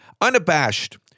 unabashed